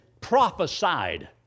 prophesied